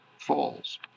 falls